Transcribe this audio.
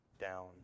down